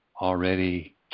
already